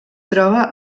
troba